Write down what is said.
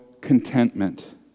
contentment